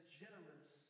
generous